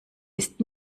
ist